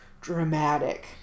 dramatic